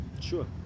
Sure